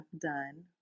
done